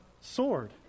sword